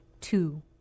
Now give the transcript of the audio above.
Two